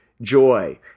joy